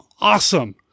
awesome